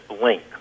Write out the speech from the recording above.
blink